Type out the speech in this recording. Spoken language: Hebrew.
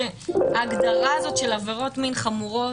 שההגדרה הזאת של עבירות מין חמורות,